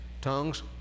tongues